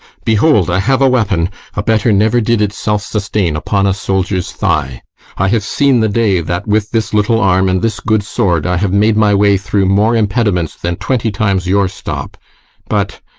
behold, i have a weapon a better never did itself sustain upon a soldier's thigh i have seen the day that with this little arm and this good sword i have made my way through more impediments than twenty times your stop but,